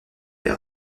des